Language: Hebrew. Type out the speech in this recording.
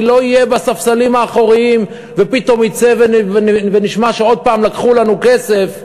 אני לא אהיה בספסלים האחוריים ופתאום יצא ונשמע שעוד פעם לקחו לנו כסף,